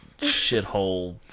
shithole